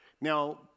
Now